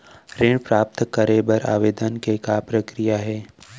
ऋण प्राप्त करे बर आवेदन के का प्रक्रिया हे?